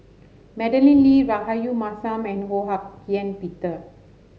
Madeleine Lee Rahayu Mahzam and Ho Hak Ean Peter